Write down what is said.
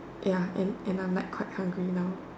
ya and and I am like quite hungry now